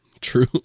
True